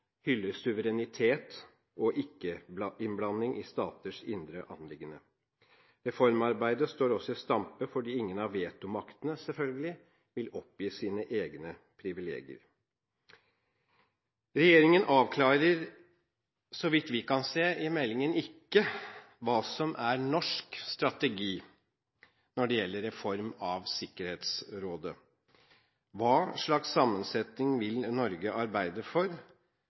suverenitet og ikke-innblanding i staters indre anliggende. Reformarbeidet står også i stampe fordi ingen av vetomaktene vil oppgi sine egne privilegier, selvfølgelig. Regjeringen avklarer i meldingen – så vidt vi kan se – ikke hva som er norsk strategi når det gjelder reform av Sikkerhetsrådet. Hva slags sammensetning vil Norge arbeide for?